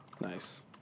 Nice